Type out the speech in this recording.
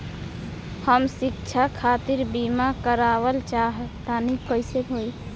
हम शिक्षा खातिर बीमा करावल चाहऽ तनि कइसे होई?